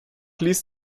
liest